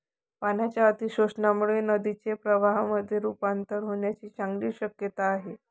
पाण्याच्या अतिशोषणामुळे नदीचे प्रवाहामध्ये रुपांतर होण्याची चांगली शक्यता आहे